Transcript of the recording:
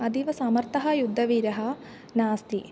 अतीवसमर्थः युद्धवीरः नास्ति